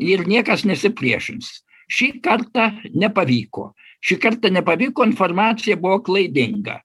ir niekas nesipriešins šį kartą nepavyko šį kartą nepavyko informacija buvo klaidinga